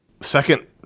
Second